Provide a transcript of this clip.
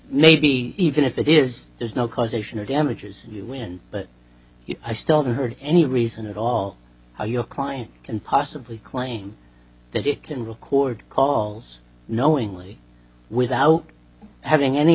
maybe even if it is there's no causation or damages you win but i still heard any reason at all how your client can possibly claim that it can record calls knowingly without having any